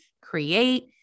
create